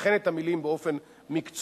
וכן את המלים "באופן מקצועי".